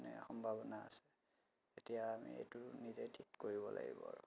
মানে সম্ভাৱনা আছে এতিয়া আমি এইটো নিজে ঠিক কৰিব লাগিব আৰু